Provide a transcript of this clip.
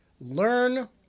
Learn